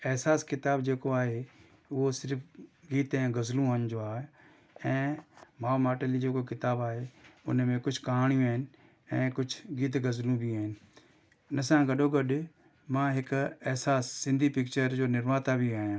एहसासु किताबु जेको आहे उहो सिर्फ़ु गीत ऐं ग़ज़लुनि जो आहे ऐं मोम अटेली जेको किताबु आहे उन में कुझु कहाणियूं आहिनि ऐं कुझु गीत ग़ज़लूं बि आहिनि उन सां गॾो गॾु मां हिकु एहसासु सिंधी पिक्चर जो निर्माता बि आहियां